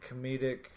comedic